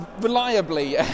reliably